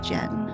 Jen